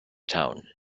town